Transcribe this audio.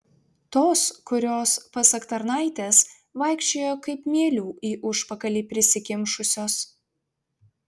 tos kurios pasak tarnaitės vaikščiojo kaip mielių į užpakalį prisikimšusios